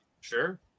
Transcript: Sure